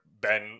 Ben